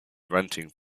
renting